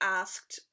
asked